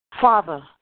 Father